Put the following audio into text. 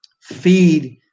feed